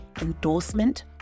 endorsement